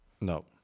No